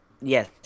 Yes